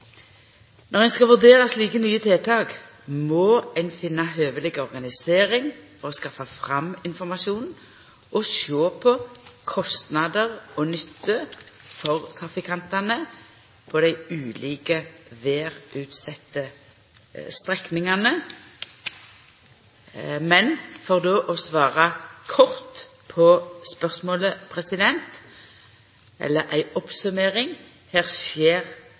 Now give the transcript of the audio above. Når ein skal vurdera slike nye tiltak, må ein finna høveleg organisering for å skaffa fram informasjonen og sjå på kostnader og nytte for trafikantane på dei ulike vêrutsette strekningane. For då å svara kort på spørsmålet, eller gje ei oppsummering: Her skjer